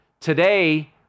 Today